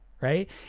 right